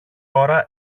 ώρα